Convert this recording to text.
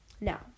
Now